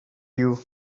you